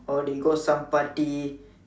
or they go some party